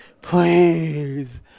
please